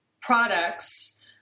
products